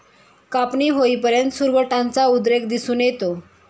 कापणी होईपर्यंत सुरवंटाचा उद्रेक दिसून येतो